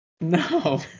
No